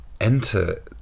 Enter